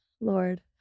Lord